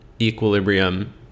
equilibrium